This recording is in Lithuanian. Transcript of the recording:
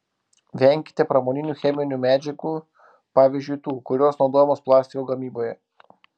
venkite pramoninių cheminių medžiagų pavyzdžiui tų kurios naudojamos plastiko gamyboje